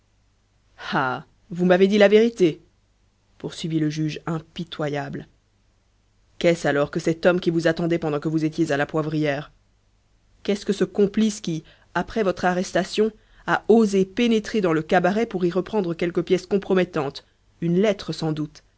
ah vous m'avez dit la vérité poursuivit le juge impitoyable qu'est-ce alors que cet homme qui vous attendait pendant que vous étiez à la poivrière qu'est-ce que ce complice qui après votre arrestation a osé pénétrer dans le cabaret pour y reprendre quelque pièce compromettante une lettre sans doute